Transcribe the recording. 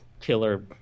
killer